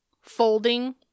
folding